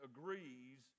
agrees